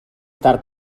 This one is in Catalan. tard